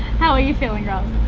how are you feeling, riles?